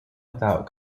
without